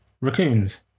Raccoons